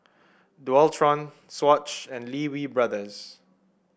Dualtron Swatch and Lee Wee Brothers